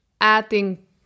adding